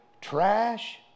trash